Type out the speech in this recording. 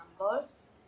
numbers